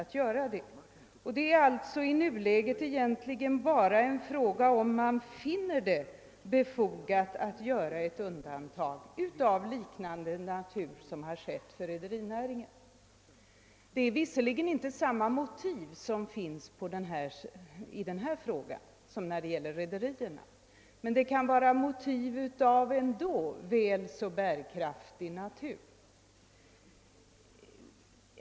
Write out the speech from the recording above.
Det är i nuläget alltså egentligen bara en fråga om man finner det befogat att göra ett undantag av liknande natur som det som redan gjorts för rederinäringen. Det är visserligen nu inte fråga om samma motiv som var aktuella när det gällde rederierna, men de kan ändå vara väl så bärkraftiga.